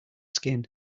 skin